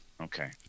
Okay